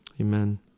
Amen